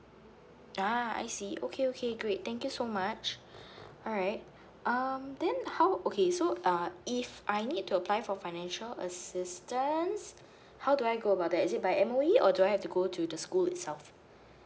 ah I see okay okay great thank you so much alright um then how okay so uh if I need to apply for financial assistance how do I go about that is it by M_O_E or do I have to go to the school itself